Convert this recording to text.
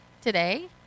today